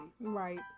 Right